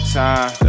time